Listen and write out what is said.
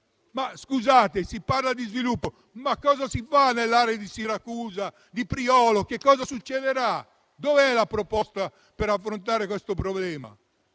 in Sicilia? Si parla di sviluppo, ma cosa si fa nell'area di Siracusa e di Priolo? Lì che cosa succederà? Dov'è la proposta per affrontare questo problema?